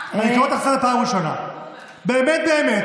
אני קורא אותך לסדר פעם ראשונה.